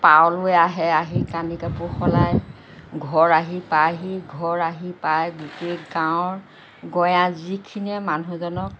পাৰলৈ আহে আহি কানি কাপোৰ সলাই ঘৰ আহি পায়হি ঘৰ আহি পাই গোটেই গাঁৱৰ গঞা যিখিনিয়ে মানুহজনক